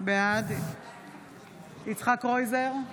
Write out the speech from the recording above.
בעד יצחק קרויזר,